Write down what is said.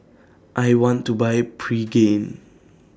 I want to Buy Pregain